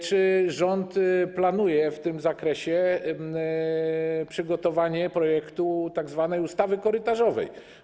Czy rząd planuje w tym zakresie przygotowanie projektu tzw. ustawy korytarzowej?